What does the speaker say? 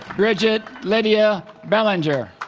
bridgitt lydia belanger